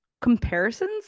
comparisons